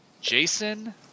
Jason